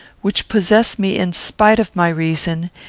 which possess me in spite of my reason,